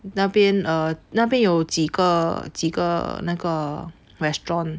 那边 err 那边有几个几个那个 restaurant